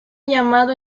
llamado